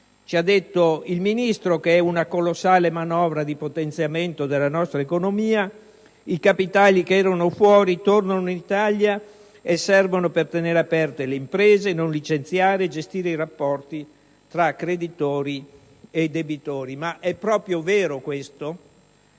ci ha detto il Ministro che si tratta di una colossale manovra di potenziamento della nostra economia, perché i capitali che erano fuori tornano in Italia e servono per tenere aperte le imprese, non licenziare e gestire i rapporti tra creditori e debitori. Ma è proprio vero questo?